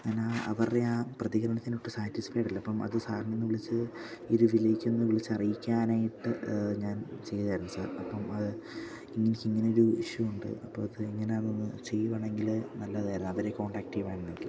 ഞാനാ അവരുടെ ആ പ്രതികരണത്തിലോട്ട് സാറ്റിസ്ഫൈഡ് അല്ല അപ്പം അത് സാറിനൊന്ന് വിളിച്ച് ഈ രീതിയിലേക്കൊന്ന് വിളിച്ച് അറിയിക്കാനായിട്ട് ഞാൻ ചെയ്തായിരുന്നു സാർ അപ്പം അത് എനിക്കിങ്ങനൊരു ഇഷ്യു ഉണ്ട് അപ്പോൾ അത് ഇങ്ങനെ അതൊന്ന് ചെയ്യുവാണെങ്കില് നല്ലതായിരുന്നു അവരെ കോണ്ടാക്ട് ചെയ്യുവായിരുന്നുവെങ്കിൽ